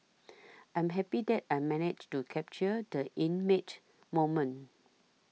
I'm happy that I managed to capture the inmate moment